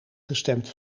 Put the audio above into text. gestemd